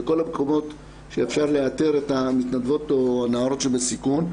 בכל המקומות שאפשר לאתר את המתנדבות או הנערות שבסיכון.